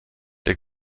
der